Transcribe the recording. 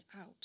out